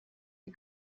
die